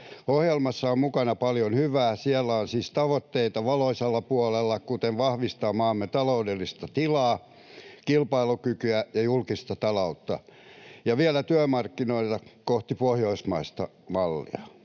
Ohjelmassa on mukana paljon hyvää, siellä on siis tavoitteita valoisalla puolella, kuten vahvistaa maamme taloudellista tilaa, kilpailukykyä ja julkista taloutta ja viedä työmarkkinoita kohti pohjoismaista mallia.